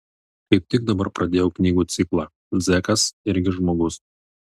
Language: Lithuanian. kaip tik dabar pradėjau knygų ciklą zekas irgi žmogus